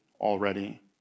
already